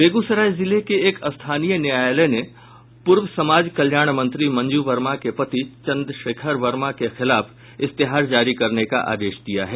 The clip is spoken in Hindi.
बेगूसराय जिले के एक स्थानीय न्यायालय ने पूर्व समाज कल्याण मंत्री मंजू वर्मा के पति चंद्रशेखर वर्मा के खिलाफ इस्तेहार जारी करने का आदेश दिया है